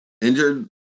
injured